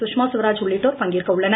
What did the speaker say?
சுஷ்மா சுவராஜ் உள்ளிட்டோர் பங்கேற்க உள்ளன்